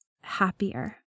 happier